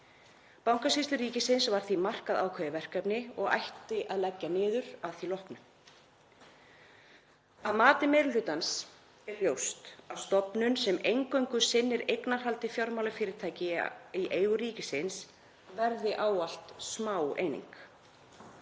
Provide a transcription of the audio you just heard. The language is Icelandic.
Bankasýslu ríkisins var því markað ákveðið verkefni og hana ætti að leggja niður að því loknu. Að mati meiri hlutans er ljóst að stofnun sem eingöngu sinnir eignarhaldi fjármálafyrirtækja í eigu ríkisins verði ávallt smá eining.